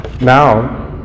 Now